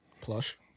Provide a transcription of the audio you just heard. Plush